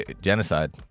genocide